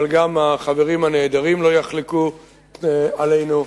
אבל גם החברים הנעדרים לא יחלקו עלינו,